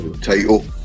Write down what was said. title